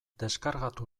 deskargatu